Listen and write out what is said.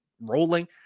rolling